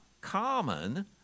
common